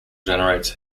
generates